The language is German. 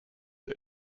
der